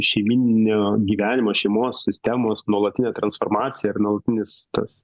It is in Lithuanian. šeimyninio gyvenimo šeimos sistemos nuolatinė transformacija ir nuolatinis tas